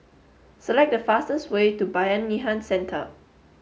select the fastest way to Bayanihan Centre